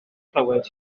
chlywed